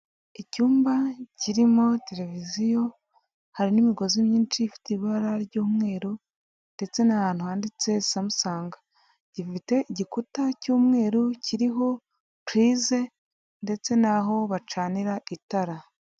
Icyumba kirimo televiziyo hari n'imigozi myinshi ifite ibara ry'umweru ndetse n'ahantu handitse samusanga gifite igikuta cy'umweru kiriho purize ndetse n'aho bacanira itara.